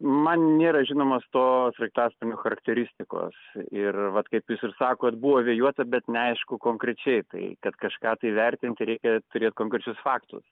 man nėra žinomos to sraigtasparnio charakteristikos ir vat kaip jūs ir sakot buvo vėjuota bet neaišku konkrečiai tai kad kažką įvertinti reikia turėt konkrečius faktus